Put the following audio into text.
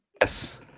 Yes